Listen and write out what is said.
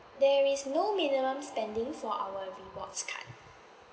there is no minimum spending for our rewards card